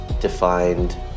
defined